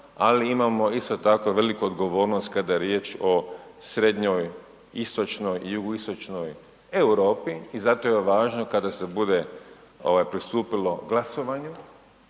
ali imamo isto tako veliku odgovornost kada je riječ o srednjoj, istočnoj i jugoistočnoj Europi i zato je važno kada se bude pristupilo glasovanju